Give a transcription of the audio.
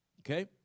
Okay